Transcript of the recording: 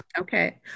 Okay